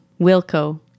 Wilco